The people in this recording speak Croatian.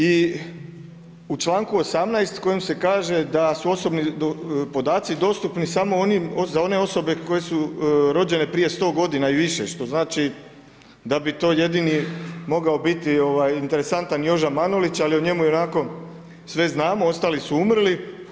I u članku 18. u kojem se kaže da su osobni podaci dostupni samo za one osobe koje su rođene prije sto godina i više, što znači da bi to jedini mogao biti interesantan JOža Manolić, ali o njemu ionako sve znamo, ostali su umrli.